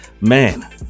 Man